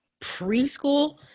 Preschool